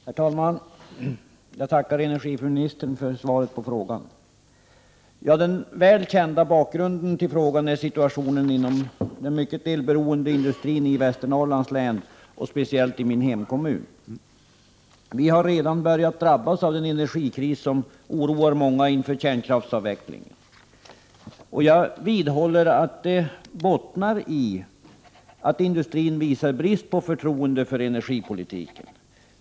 Herr talman! Jag tackar miljöoch energiministern för svaret på frågan. Den väl kända bakgrunden till frågan är situationen inom den mycket elberoende industrin i Västernorrlands län, och speciellt i min hemkommun. Vi har redan börjat drabbas av den energikris som oroar många inför kärnkraftsavvecklingen. Jag vidhåller att det bottnar i att industrin visar brist på förtroende för energipolitiken.